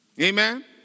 Amen